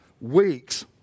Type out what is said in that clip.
weeks